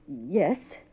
Yes